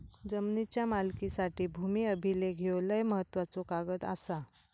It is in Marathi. जमिनीच्या मालकीसाठी भूमी अभिलेख ह्यो लय महत्त्वाचो कागद आसा